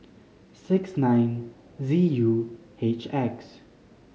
six nine Z U H X